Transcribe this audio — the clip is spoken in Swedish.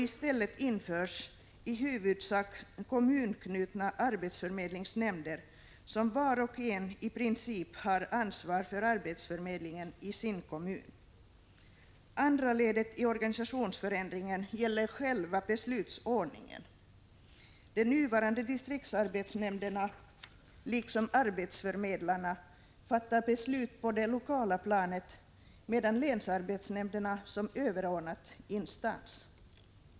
I stället införs i huvudsak kommunanknutna arbetsförmedlingsnämnder, som var och en i princip har ansvar för arbetsförmedlingen i sin kommun. Andra ledet i organisationsförändringen gäller själva beslutsordningen. De nuvarande distriktsarbetsnämnderna — liksom arbetsförmedlarna —- fattar beslut på det lokala planet med länsarbetsnämnderna som överordnad instans.